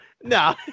No